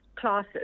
classes